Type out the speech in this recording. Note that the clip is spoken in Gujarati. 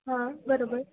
હા બરોબર